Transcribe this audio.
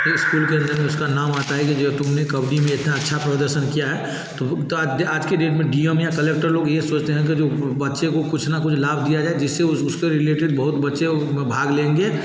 फिर स्कूल के अंदर उसका नाम आता है कि देखो तुम ने कबड्डी में इतना अच्छा प्रदर्शन किया है तो आज की डेट में डी एम या कलेक्टर लोग ये सोचते हैं कि जो बच्चे को कुछ ना कुछ लाभ दिया जाए जिससे उस उसके रिलेटेड बहोुत बच्चे उसमें भाग लेंगे